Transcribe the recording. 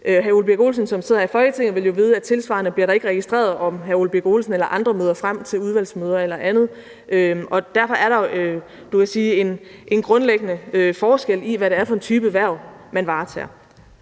Hr. Ole Birk Olesen, som sidder i Folketinget, vil jo vide, at der tilsvarende ikke bliver registreret, om hr. Ole Birk Olesen eller andre møder frem til udvalgsmøder eller andet. Derfor er der, kan man sige, en grundlæggende forskel i, hvad det er for en type hverv, man varetager.